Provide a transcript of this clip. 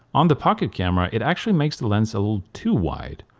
on the pocket camera it actually makes the lens a little too wide.